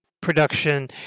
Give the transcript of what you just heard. production